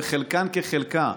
וחלקן כחלקה.